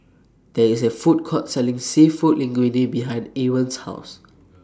There IS A Food Court Selling Seafood Linguine behind Ewin's House